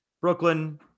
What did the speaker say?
Brooklyn